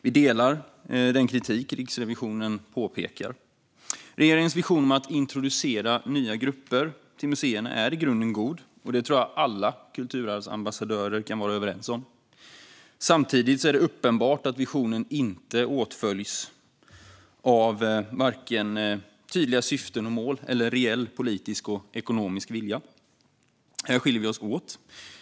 Vi håller med om Riksrevisionens kritik. Regeringens vision om att introducera nya grupper till museerna är i grunden god, och det tror jag att alla kulturarvsambassadörer kan vara överens om. Samtidigt är det uppenbart att visionen inte åtföljs av vare sig tydliga syften och mål eller reell politisk och ekonomisk vilja. Här skiljer vi oss åt.